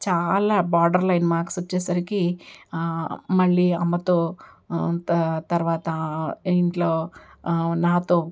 చాలా borderline marks వచ్చేసరికి మళ్ళీ అమ్మతో త తరువాత ఇంట్లో నాతో